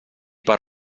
per